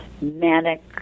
manic